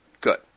Good